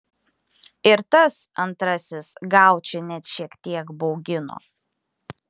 ir tas antrasis gaučį net šiek tiek baugino